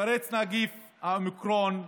כשהתפרץ נגיף האומיקרון,